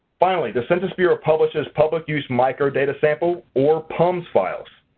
finally the census bureau publishes public use microdata sample or pums files.